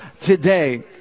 today